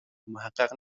محقق